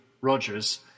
Rogers